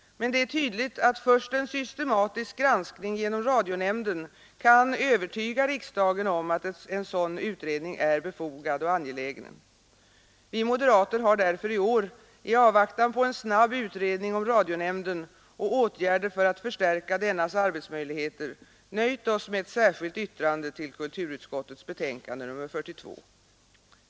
Men det är tydligt att först en systematisk granskning genom radionämnden kan övertyga riksdagen om att en sådan utredning är befogad och angelägen. Vi moderater har därför i år, i avvaktan på en snabb utredning om radionämnden och åtgärder för att förstärka dennas arbetsmöjligheter, nöjt oss med ett särskilt yttrande till kulturutskottets betänkande nr 42.